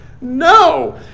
No